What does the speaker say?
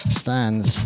stands